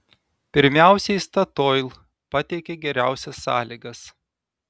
pirmiausiai statoil pateikė geriausias sąlygas